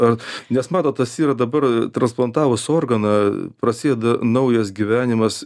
ar nes matot tas yra dabar transplantavus organą prasideda naujas gyvenimas